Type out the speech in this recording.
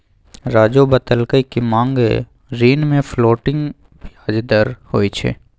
राज़ू बतलकई कि मांग ऋण में फ्लोटिंग ब्याज दर होई छई